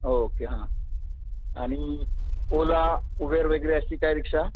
okay हां आणि Ola Uber वगैरे अशी काय रिक्षा